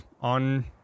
on